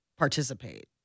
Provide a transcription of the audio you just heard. participate